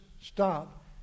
stop